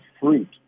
fruit